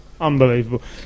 Unbelievable